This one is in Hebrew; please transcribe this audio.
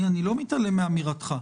אני לא מתעלם מאמירתך.